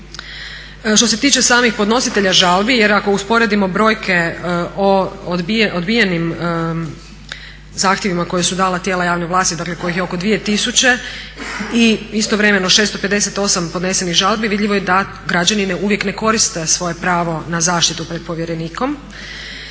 Što se tiče samih podnositelja žalbi jer ako usporedimo brojke o odbijenim zahtjevima koje su dala tijela javne vlasti kojih je oko 2 tisuće i istovremeno 658 podnesenih žalbi vidljivo je da građani uvijek ne koriste svoje pravo na zaštitu pred povjerenikom,